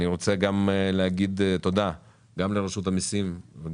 אני רוצה לומר תודה לרשות המיסים,